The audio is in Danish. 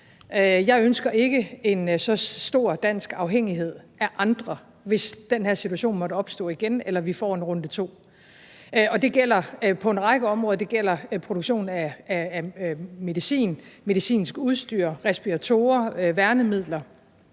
Jeg ønsker ikke en så stor dansk afhængig af andre, hvis den her situation måtte opstå igen, eller hvis vi får en runde to. Det gælder på en række områder. Det gælder produktion af medicin, medicinsk udstyr, respiratorer, værnemidler,